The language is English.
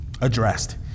addressed